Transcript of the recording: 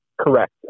Correct